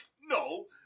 No